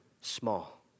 small